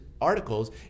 articles